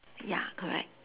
ya correct